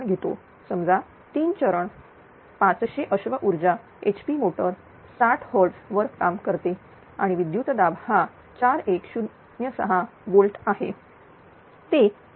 समजा तीन चरण 500 अश्व ऊर्जाhp मोटर 60 Herts वर काम करते आणि विद्युत दाब हा 4160 वोल्ट आहे ते 4